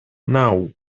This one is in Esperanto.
naŭ